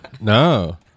No